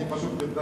אני פשוט מתנצל,